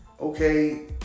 okay